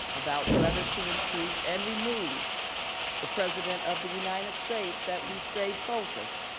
about whether to impeach and remove the president of the united states that we stay focused.